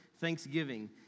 thanksgiving